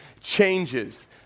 changes